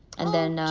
and then